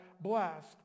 blessed